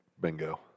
Bingo